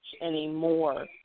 anymore